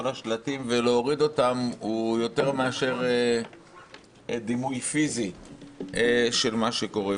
השלטים ולהוריד אותם הוא יותר מאשר דימוי פיסי של מה שקורה.